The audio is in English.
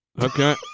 Okay